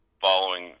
following